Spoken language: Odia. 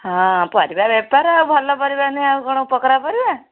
ହଁ ପରିବା ବେପାର ଆଉ ଭଲ ପରିବା ନୁହେଁ ଆଉ କ'ଣ ପୋକରା ପରିବା